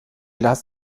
las